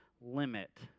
limit